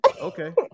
Okay